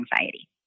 anxiety